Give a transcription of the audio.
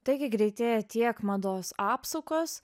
taigi greitėja tiek mados apsukos